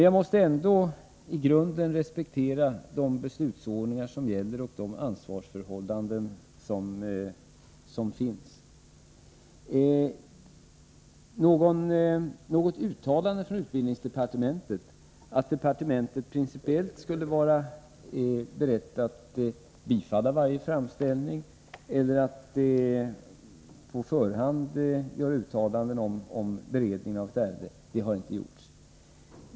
Jag måste ändå i grunden respektera de beslutsordningar som gäller och de ansvarsförhållanden som finns. Något uttalande från utbildningsdepartementet, att man på departementet principiellt skulle vara beredd att bifalla varje framställning eller att på förhand göra uttalanden om beredningen av ett ärende, har inte gjorts.